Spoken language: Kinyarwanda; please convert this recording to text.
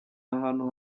ahantu